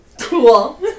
cool